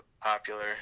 popular